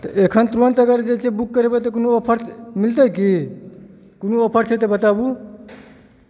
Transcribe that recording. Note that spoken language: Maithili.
तऽ अखन तुरन्त अगर जे छै से बुक करेबय तऽ कोनो ऑफर मिलतय की कोनो ऑफर छै तऽ बताबु